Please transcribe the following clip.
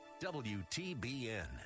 WTBN